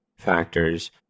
factors